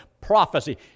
prophecy